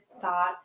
thought